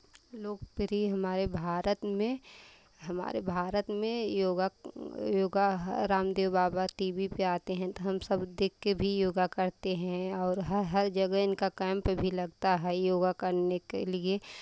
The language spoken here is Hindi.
लोकप्रिय हमारे भारत में हमारे भारत में योगा का योगा ह रामदेव बाबा टी वी पे आते हैं तो हम सब देख के भी योगा करते हैं और हर हर जगह इनका कैंप भी लगता है योगा करने के लिए